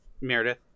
Meredith